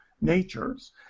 natures